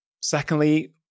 Secondly